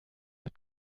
mit